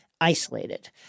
isolated